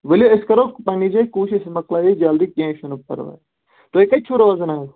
ؤلِو أسۍ کَرو پَنٕنہِ جایہِ کوٗشِش مۄکلایے جلدی کیٚنٛہہ چھُنہٕ پَرواے تُہۍ کَتہِ چھُو روزان حظ